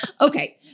okay